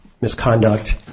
misconduct